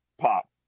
pop